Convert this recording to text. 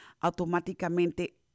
automáticamente